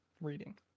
reading